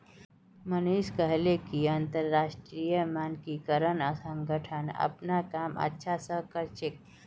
मनीषा कहले कि अंतरराष्ट्रीय मानकीकरण संगठन अपनार काम अच्छा स कर छेक